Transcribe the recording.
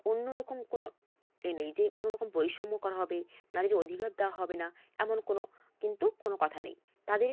অন্য রকম কোনো এই নেই যে কোনো রকম বৈষম্য করা হবে নাহলে যে অধিকার দাওয়া হবে না এমন কোনো কিন্তু কোনো কথা নেই তাদের